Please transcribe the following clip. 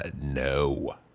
No